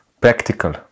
practical